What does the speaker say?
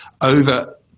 over